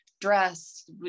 dress